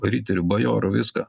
riterių bajorų viską